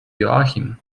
joachim